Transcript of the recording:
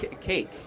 Cake